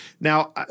Now